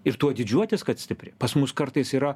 ir tuo didžiuotis kad stipri pas mus kartais yra